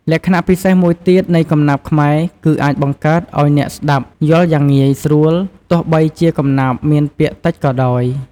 លក្ខណៈពិសេសមួយទៀតនៃកំណាព្យខ្មែរគឺអាចបង្កើតឲ្យអ្នកស្តាប់យល់យ៉ាងងាយ ស្រួល ទោះបីជាកំណាព្យមានពាក្យតិចក៏ដោយ។